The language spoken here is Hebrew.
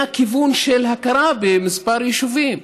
היה כיוון של הכרה בכמה יישובים,